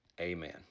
amen